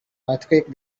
earthquake